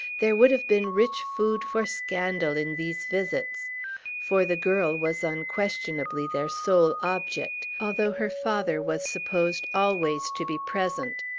there would have been rich food for scandal in these visits for the girl was unquestionably their sole object, although her father was supposed always to be present.